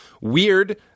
weird